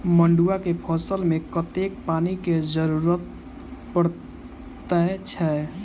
मड़ुआ केँ फसल मे कतेक पानि केँ जरूरत परै छैय?